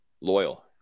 loyal